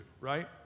right